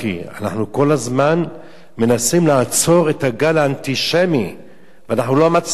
אנחנו כל הזמן מנסים לעצור את הגל האנטישמי ואנחנו לא מצליחים.